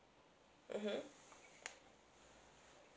mmhmm